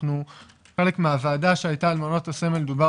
חלק מהוועדה שהייתה על מעונות סמל דובר